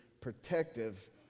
protective